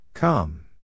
Come